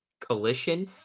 Collision